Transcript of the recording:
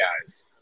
guys